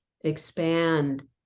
expand